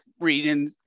reading